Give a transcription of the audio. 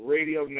Radio